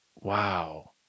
Wow